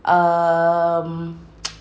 um